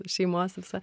šeimos visa